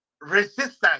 resistance